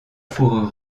fourrures